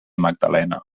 magdalena